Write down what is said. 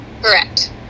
correct